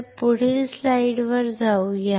तर पुढील स्लाइडवर जाऊया